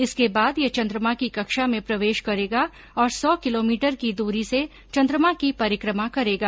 इसके बाद यह चंद्रमा की कक्षा में प्रवेश करेगा और सौ किलोमीटर की दूरी से चंद्रमा की परिक्रमा करेगा